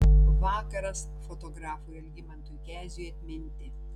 vakaras fotografui algimantui keziui atminti